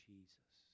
Jesus